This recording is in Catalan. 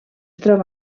troba